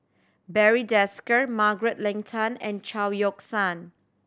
Barry Desker Margaret Leng Tan and Chao Yoke San